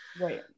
Right